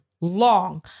long